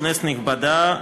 כנסת נכבדה,